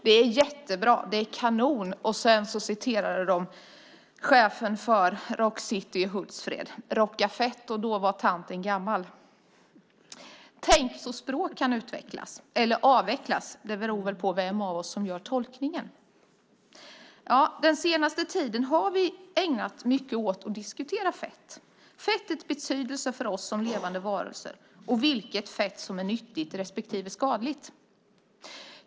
Det är något jättebra, kanon, och sedan citerade de chefen för Rock City i Hultsfred - rocka fett - och då var tanten gammal! Tänk så språk kan utvecklas - eller avvecklas. Det beror på vem av oss som gör tolkningen. Vi har under den senaste tiden ägnat oss mycket åt att diskutera fett. Det har handlat om fettets betydelse för oss som levande varelser och vilket fett som är nyttigt respektive skadligt.